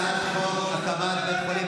שהוכחנו לך שאין מושג.